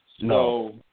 No